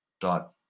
dot